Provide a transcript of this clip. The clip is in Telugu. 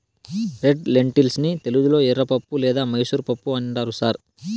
రెడ్ లెన్టిల్స్ ని తెలుగులో ఎర్రపప్పు లేదా మైసూర్ పప్పు అంటారు సార్